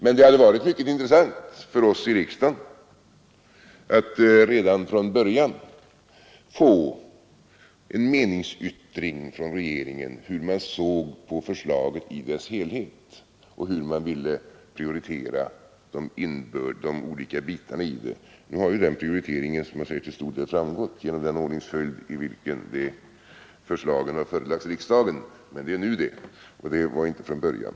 Men det hade varit mycket intressant för oss i riksdagen att redan från början få en meningsyttring från regeringen om hur man såg på förslaget i dess helhet och hur man ville prioritera de olika bitarna i det. Nu har ju den prioriteringen till stor del framgått genom den ordningsföljd i vilken förslagen har förelagts riksdagen, men så var det inte från början.